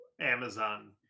Amazon